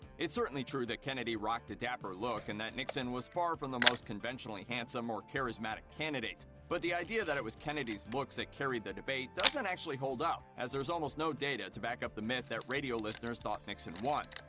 it's certainly true that kennedy rocked a dapper look and that nixon was far from the most conventionally handsome or charismatic candidate. but the idea that it was kennedy's looks that carried the debate doesn't actually hold up, as there's almost no data to back up the myth that radio listeners thought nixon won.